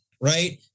right